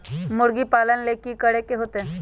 मुर्गी पालन ले कि करे के होतै?